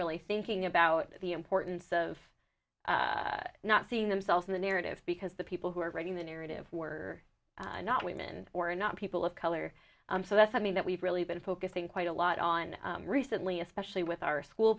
really thinking about the importance of not seeing themselves in the narrative because the people who are writing the narrative were not women or not people of color so that's i mean that we've really been focusing quite a lot on recently especially with our school